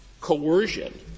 coercion